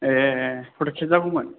ए फट' खेबजागौमोन